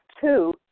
two